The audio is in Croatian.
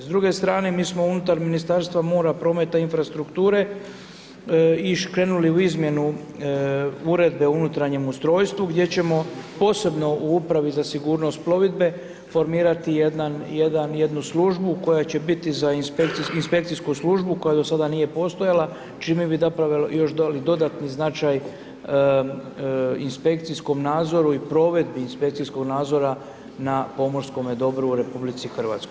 S druge strane, mi smo unutar Ministarstva mora, prometa i infrastrukture krenuli u izmjenu Uredbe o unutarnjem ustrojstvu gdje ćemo posebno u Upravi za sigurnost plovidbe, formirati jednu inspekcijsku službu koja do sada nije postojala čime bi zapravo još dodali dodatni značaj inspekcijskom nadzoru i provedbi inspekcijskog nadzora na pomorskome dobru u RH.